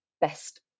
best